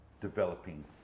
developing